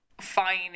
fine